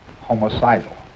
Homicidal